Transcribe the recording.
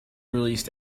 released